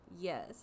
Yes